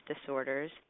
disorders